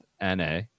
na